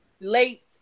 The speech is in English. late